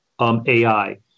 AI